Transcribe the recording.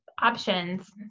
options